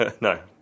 no